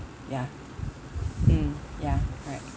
ya mm ya correct